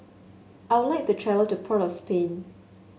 I would like to travel to Port of Spain